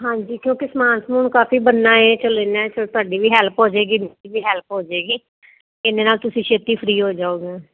ਹਾਂਜੀ ਕਿਉਂਕਿ ਸਮਾਨ ਸਮੂਨ ਕਾਫੀ ਬਣਨਾ ਹ ਚਲੋ ਇੰਨੇ ਤੁਹਾਡੀ ਵੀ ਹੈਲਪ ਹੋ ਜਾਏਗੀ ਸਾਡੀ ਵੀ ਹੈਲਪ ਹੋ ਜਾਏਗੀ ਇੰਨੇ ਨਾਲ ਤੁਸੀਂ ਛੇਤੀ ਫਰੀ ਹੋ ਜਾਓਗੇ